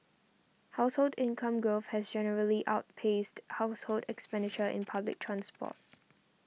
household income growth has generally outpaced household expenditure in public transport